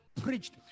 preached